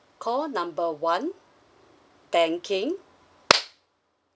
call number one banking